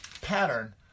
pattern